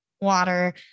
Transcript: water